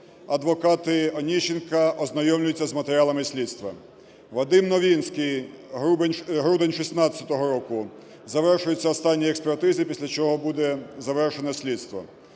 адвокати Оніщенка ознайомлюються з матеріалами слідства. Вадим Новінський – грудень 16-го року. Завершуються останні експертизи, після чого буде завершено слідство.